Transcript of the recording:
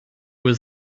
was